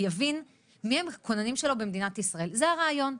יבין מי הם הכוננים שלו במדינת ישראל, זה הרעיון.